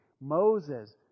Moses